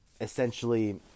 essentially